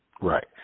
Right